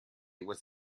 was